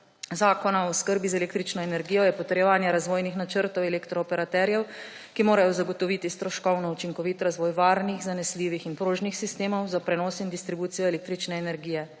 Zakona o oskrbi z električno energijo je potrjevanje razvojnih načrtov elektrooperaterjev, ki morajo zagotoviti stroškovno učinkovit razvoj varnih, zanesljivih in prožnih sistemov za prenos in distribucijo električne energije.